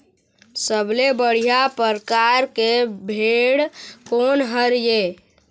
सबले बढ़िया परकार के भेड़ कोन हर ये?